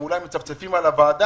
ואולי הם מצפצפים על הוועדה,